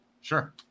Sure